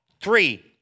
Three